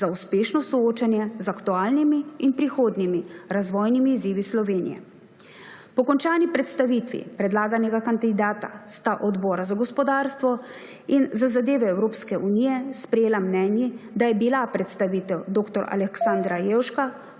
za uspešno soočanje z aktualnimi in prihodnimi razvojnimi izzivi Slovenije. Po končani predstavitvi predlaganega kandidata sta odbora za gospodarstvo in za zadeve Evropske unije sprejela mnenji, da je bila predstavitev dr. Aleksandra Jevška